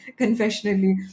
confessionally